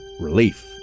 relief